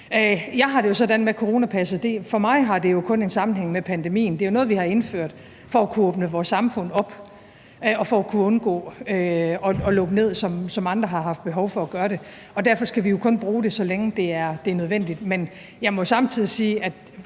Jeg har det jo sådan med coronapasset, at det for mig kun har en sammenhæng med pandemien. Det er jo noget, vi har indført for at kunne åbne vores samfund op og for at kunne undgå at lukke ned, som andre har haft behov for at gøre, og derfor skal vi kun bruge det, så længe det er nødvendigt. Men jeg må samtidig sige,